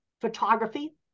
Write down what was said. photography